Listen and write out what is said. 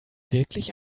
wirklich